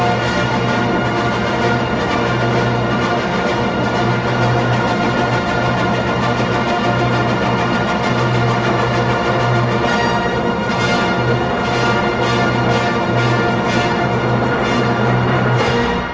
are